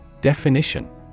Definition